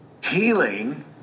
Healing